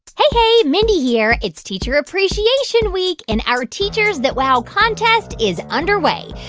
hey. mindy here. it's teacher appreciation week, and our teachers that wow contest is underway.